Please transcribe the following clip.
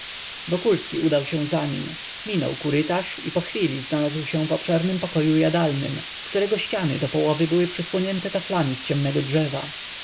do stołu wokulski udał się za nim minął kurytarz i pochwili znalazł się w obszernym pokoju jadalnym którego ściany do połowy były przysłonięte taflami z ciemnego drzewa